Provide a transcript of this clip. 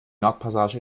nordpassage